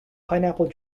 pineapple